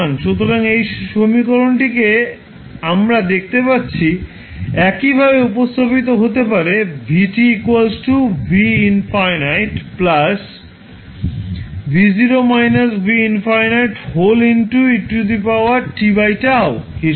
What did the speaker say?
সুতরাং এই সমীকরণকে আমরা দেখতে পাচ্ছি একইভাবে উপস্থাপিত হতে পারে v v∞ v − v∞ হিসাবে